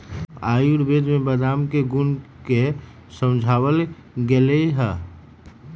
आयुर्वेद में बादाम के गुण के समझावल गैले है